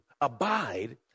abide